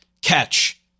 Catch